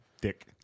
dick